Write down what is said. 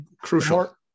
crucial